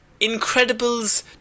Incredibles